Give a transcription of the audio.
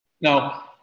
Now